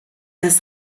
das